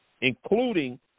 including